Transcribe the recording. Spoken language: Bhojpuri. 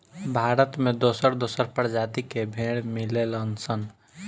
भारत में दोसर दोसर प्रजाति के भेड़ मिलेलन सन